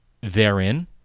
therein